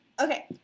Okay